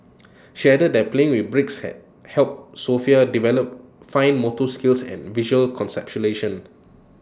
she added that playing with bricks had helped Sofia develop fine motor skills and visual conceptualisation